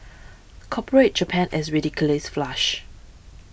corporate Japan is ridiculously flush